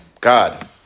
God